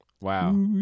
wow